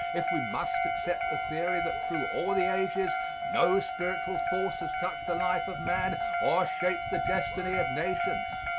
if we must accept the theory that through all the ages no spiritual force has touched the life of man or shaped the destiny of nations.